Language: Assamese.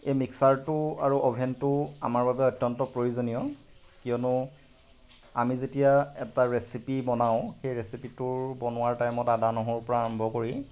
এই মিক্সাৰটো আৰু অভেনটো আমাৰ বাবে অত্য়ন্ত প্ৰয়োজনীয় কিয়নো আমি যেতিয়া এটা ৰেচিপি বনাওঁ সেই ৰেচিপিটোৰ বনোৱাৰ টাইমত আদা নহৰুৰ পৰা আৰম্ভ কৰি